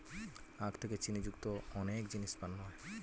আখ থেকে চিনি যুক্ত অনেক জিনিস বানানো হয়